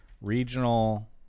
regional